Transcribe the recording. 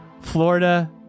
Florida